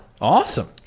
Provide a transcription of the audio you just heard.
Awesome